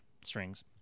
strings